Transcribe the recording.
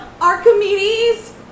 archimedes